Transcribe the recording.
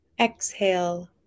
Exhale